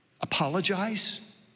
apologize